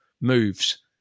moves